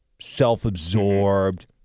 self-absorbed